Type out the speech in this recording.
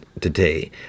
today